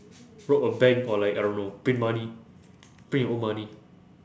rob a bank or like I don't know print money print your own money